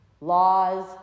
laws